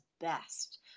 best